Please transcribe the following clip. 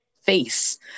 face